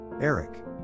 Eric